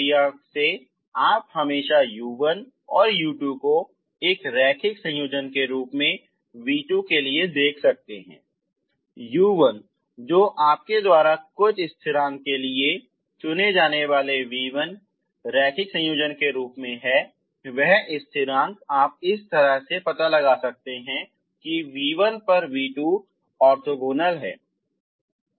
इस प्रक्रिया से आप हमेशा इस u1 और u2 को एक रैखिक संयोजन के रूप में v2 के लिए देख सकते हैं u1 जो आपके द्वारा कुछ स्थिरांक के लिए चुने जाने वाले v1 रैखिक संयोजन के रूप में है वह स्थिरांक आप इस तरह से पता लगा सकते हैं कि v1 पे v2 ऑर्थोगोनल है